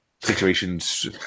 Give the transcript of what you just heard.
situations